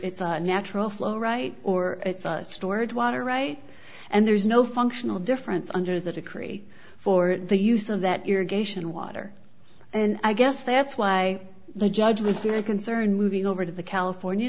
it's a natural flow right or it's stored water right and there's no functional difference under the decree for the use of that irrigation water and i guess that's why the judge was very concerned moving over to the california